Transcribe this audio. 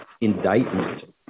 indictment